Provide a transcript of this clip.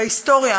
בהיסטוריה